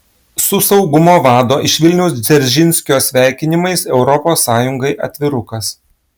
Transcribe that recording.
su saugumo vado iš vilniaus dzeržinskio sveikinimais europos sąjungai atvirukas